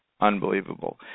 unbelievable